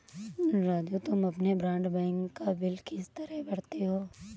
राजू तुम अपने ब्रॉडबैंड का बिल किस तरह भरते हो